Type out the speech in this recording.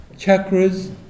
chakras